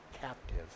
captive